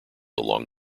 along